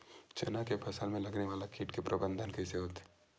चना के फसल में लगने वाला कीट के प्रबंधन कइसे होथे?